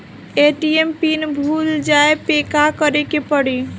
ATM pin भूल जाए पे का करे के पड़ी?